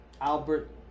Albert